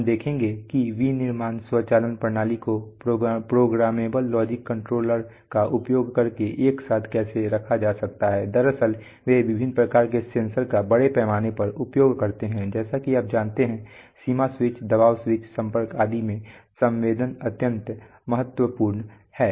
हम देखेंगे कि विनिर्माण स्वचालन प्रणाली को प्रोग्रामेबल लॉजिक कंट्रोलर का उपयोग करके एक साथ कैसे रखा जा सकता है दरअसल वे विभिन्न प्रकार के सेंसर का बड़े पैमाने पर उपयोग करते हैं जैसा कि आप जानते हैं सीमा स्विच दबाव स्विच संपर्क आदि में संवेदन अत्यंत महत्वपूर्ण है